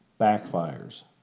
backfires